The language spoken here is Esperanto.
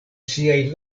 siaj